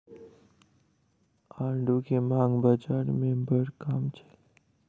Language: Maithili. आड़ू के मांग बाज़ार में बड़ कम छल